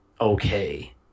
okay